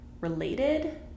related